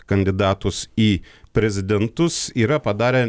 kandidatus į prezidentus yra padarę